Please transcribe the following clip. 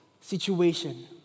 situation